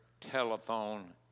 telephone